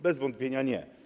Bez wątpienia nie.